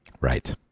Right